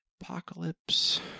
Apocalypse